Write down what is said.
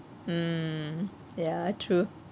ya true